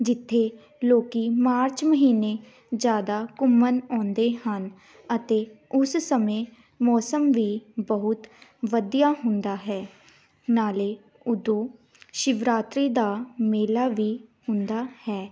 ਜਿੱਥੇ ਲੋਕ ਮਾਰਚ ਮਹੀਨੇ ਜ਼ਿਆਦਾ ਘੁੰਮਣ ਆਉਂਦੇ ਹਨ ਅਤੇ ਉਸ ਸਮੇਂ ਮੌਸਮ ਵੀ ਬਹੁਤ ਵਧੀਆ ਹੁੰਦਾ ਹੈ ਨਾਲੇ ਉਦੋਂ ਸ਼ਿਵਰਾਤਰੀ ਦਾ ਮੇਲਾ ਵੀ ਹੁੰਦਾ ਹੈ